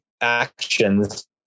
actions